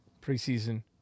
preseason